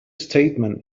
statement